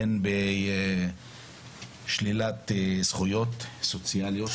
הן לגבי שלילת זכויות סוציאליות